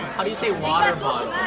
how do you say water bottle?